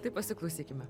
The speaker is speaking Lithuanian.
tai pasiklausykime